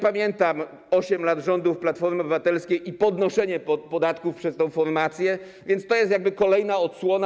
Pamiętam 8 lat rządów Platformy Obywatelskiej i podnoszenie podatków przez tę formację, więc to jest tego kolejna odsłona.